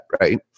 right